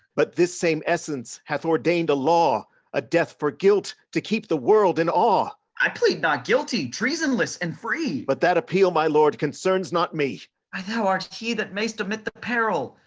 but this same essence hath ordained a law, a death for guilt, to keep the world in awe. i plead not guilty, treasonless and free. but that appeal, my lord, concerns not me. why, thou art he that may'st omit the peril.